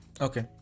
okay